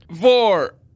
four